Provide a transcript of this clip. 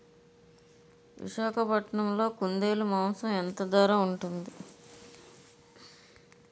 విశాఖపట్నంలో కుందేలు మాంసం ఎంత ధర ఉంటుంది?